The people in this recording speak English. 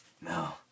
No